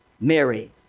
Mary